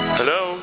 hello